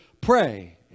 pray